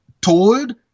told